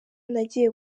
nagiye